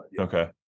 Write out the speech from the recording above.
Okay